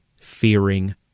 fearing